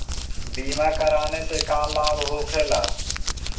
बीमा कराने से का लाभ होखेला?